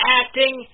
acting